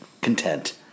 content